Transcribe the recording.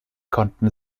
konnten